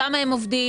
כמה הם עובדים,